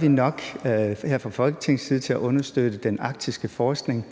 nemlig om vi her fra Folketingets side gør nok for at understøtte den arktiske forskning.